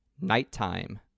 Nighttime